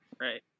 Right